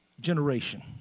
generation